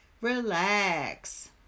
relax